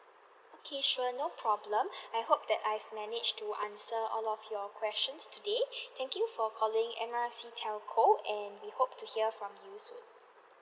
okay sure no problem I hope that I've managed to answer all of your questions today thank you for calling M R C telco and we hope to hear from you soon